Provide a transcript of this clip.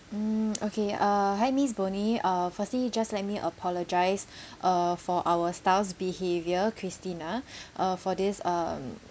mm okay uh hi miss bonnie uh firstly you just let me apologise uh for our staff's behavior christina uh for this um